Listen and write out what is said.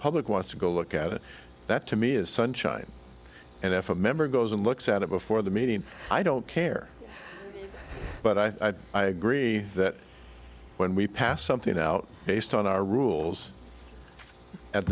public wants to go look at it that to me is sunshine and if a member goes and looks at it before the meeting i don't care but i i agree that when we pass something out based on our rules at